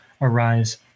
arise